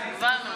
דווקא